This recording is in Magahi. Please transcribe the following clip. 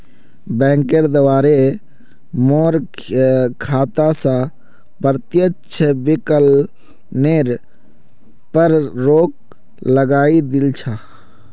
बैंकेर द्वारे मोर खाता स प्रत्यक्ष विकलनेर पर रोक लगइ दिल छ